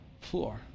floor